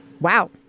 Wow